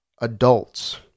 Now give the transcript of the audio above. adults